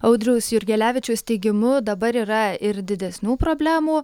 audriaus jurgelevičiaus teigimu dabar yra ir didesnių problemų